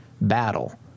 battle